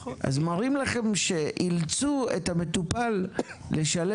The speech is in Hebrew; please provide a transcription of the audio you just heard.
אז מראים לכם שאילצו את המטופל לשלם